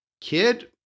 kid